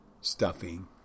stuffing